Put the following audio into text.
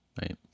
right